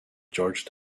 george